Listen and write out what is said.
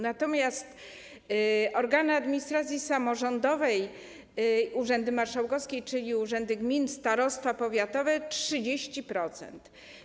Natomiast organy administracji samorządowej, urzędy marszałkowskie, urzędy gmin, starostwa powiatowe - 30%.